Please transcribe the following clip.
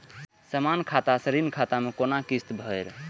समान खाता से ऋण खाता मैं कोना किस्त भैर?